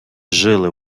жили